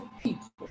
people